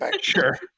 Sure